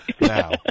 now